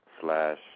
slash